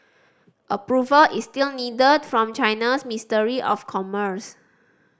approval is still needed from China's ministry of commerce